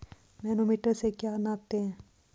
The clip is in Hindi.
मैनोमीटर से क्या नापते हैं?